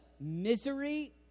misery